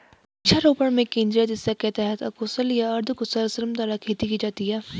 वृक्षारोपण में केंद्रीय दिशा के तहत अकुशल या अर्धकुशल श्रम द्वारा खेती की जाती है